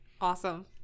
Awesome